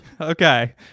Okay